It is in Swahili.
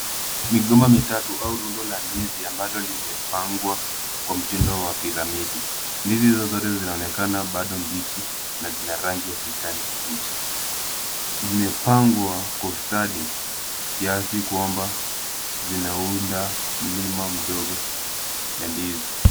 Migomba mitatu au rundo la ndizi ambalo limepangwa kwa mtindo wa piramidi. Ndizi hizo zote zinaonekana bado mbichi na zina rangi ya kijani kibichi. Zimepangwa kwa ustadi kiasi kwamba zinaunda mlima mdogo ya ndizi.